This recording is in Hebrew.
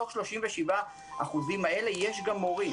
מתוך ה-37% האלה יש גם מורים.